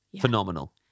phenomenal